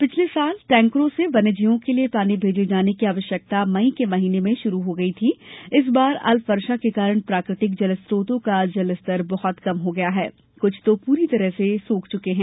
पिछले सालों में टैंकरों से वन्य जीवों के लिए पानी भेजे जाने की आवश्यकता मई के महीने के प्रारंभ से की जाती थी इस बार अल्प वर्षा के कारण प्राकृतिक जल स्रोतों का जलस्तर बहुत कम हो गया है तथा कुछ तो पूरी तरह सूख चुके हैं